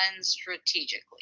strategically